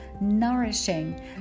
nourishing